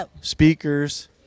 speakers